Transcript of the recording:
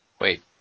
Wait